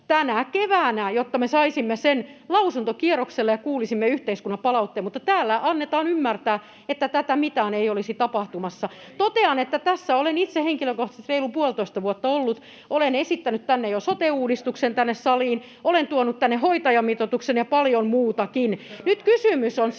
tänä keväänä, jotta me saisimme sen lausuntokierrokselle ja kuulisimme yhteiskunnan palautteen, mutta täällä annetaan ymmärtää, että mitään tästä ei olisi tapahtumassa. Totean, että tässä olen itse henkilökohtaisesti reilun puolitoista vuotta ollut. Olen esittänyt tänne saliin jo sote-uudistuksen, olen tuonut tänne hoitajamitoituksen ja paljon muutakin. Nyt kysymys on